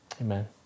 amen